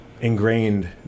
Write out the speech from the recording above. ingrained